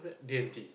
D-and-T